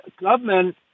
government